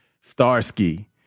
Starsky